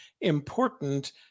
important